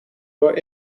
door